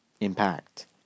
impact